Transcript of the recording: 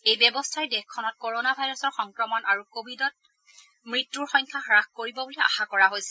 এই ব্যৱস্থাই দেশখনত কৰোণা ভাইৰাছৰ সংক্ৰমণ আৰু কোৱিড নাইণ্টিনত মৃত্যুৰ সংখ্যা হ্যাস কৰিব বুলি আশা কৰা হৈছে